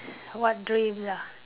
what dreams ah